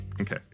Okay